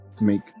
make